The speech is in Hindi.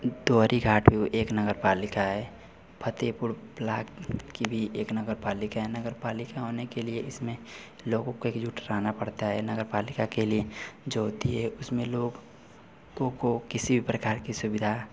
डोहरी घाट भी एक नगर पालिका है फतेहपुर ब्लाक की भी एक नगर पालिका है नगर पालिका होने के लिए इसमें लोगों को एक जुट रहना पड़ता है नगर पालिका के लिए जो दिए उसमें लोगों को किसी प्रकार की सुविधा